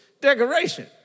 decoration